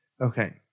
Okay